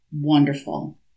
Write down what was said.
wonderful